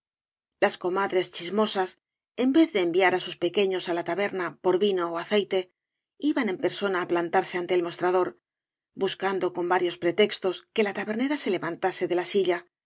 las comadres chismosas en vez de enviar á sus pequeños á la taberna por vino ó aceite iban en persona á plantarse ante el mostrador buscando con varios pretextos que la tabernera se levantase de la silla que